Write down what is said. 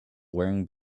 wearing